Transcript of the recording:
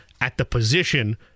at-the-position